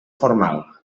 formal